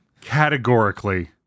Categorically